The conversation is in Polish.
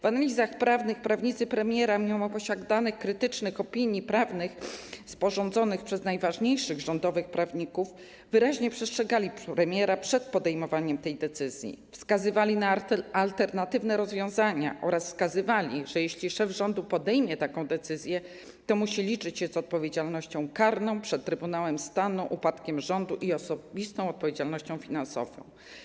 W analizach prawnych prawnicy premiera, mimo posiadanych krytycznych opinii prawnych sporządzonych przez najważniejszych rządowych prawników, wyraźnie przestrzegali premiera przed podejmowaniem tej decyzji, wskazywali na alternatywne rozwiązania oraz wskazywali, że jeśli szef rządu podejmie taką decyzję, to musi liczyć się z odpowiedzialnością karną przed Trybunałem Stanu, upadkiem rządu i osobistą odpowiedzialnością finansową.